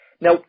Now